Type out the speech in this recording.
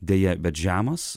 deja bet žemas